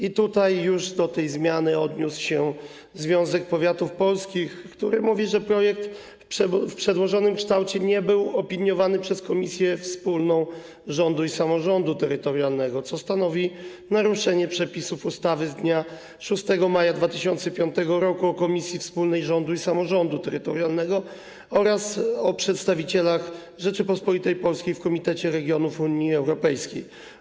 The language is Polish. I tutaj już do tej zmiany odniósł się Związek Powiatów Polskich, który powiedział, że projekt w przedłożonym kształcie nie był opiniowany przez Komisję Wspólną Rządu i Samorządu Terytorialnego, co stanowi naruszenie przepisów ustawy z dnia 6 maja 2005 r. o Komisji Wspólnej Rządu i Samorządu Terytorialnego oraz o przedstawicielach Rzeczypospolitej Polskiej w Komitecie Regionów Unii Europejskiej.